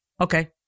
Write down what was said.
Okay